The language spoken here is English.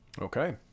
okay